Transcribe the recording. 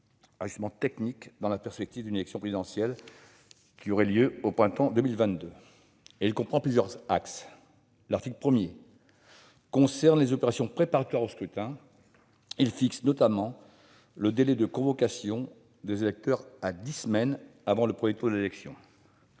ajustements techniques dans la perspective de l'élection présidentielle du printemps 2022. Il comprend plusieurs axes. L'article 1 concerne les opérations préparatoires au scrutin. Il fixe notamment le délai de convocation des électeurs à dix semaines avant le premier tour de l'élection.